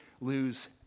lose